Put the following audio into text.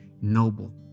noble